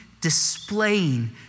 displaying